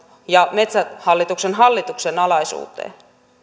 ja metsähallituksen hallituksen alaisuuteen